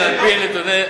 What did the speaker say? קצת, על-פי נתוני